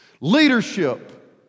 Leadership